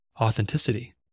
authenticity